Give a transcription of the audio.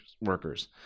workers